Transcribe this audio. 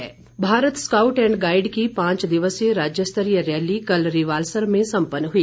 scout rally Bharat scout and guide की पांच दिवसीय राज्य स्तरीय रैली कल रिवालसर में संपन्न हुई